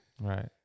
Right